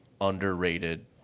underrated